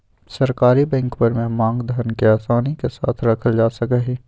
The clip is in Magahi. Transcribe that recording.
सरकारी बैंकवन में मांग धन के आसानी के साथ रखल जा सका हई